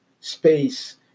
space